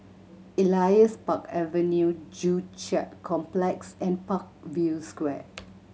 Elias Park Avenue Joo Chiat Complex and Parkview Square